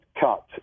cut